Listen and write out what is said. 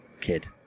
kid